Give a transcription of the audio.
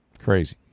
Crazy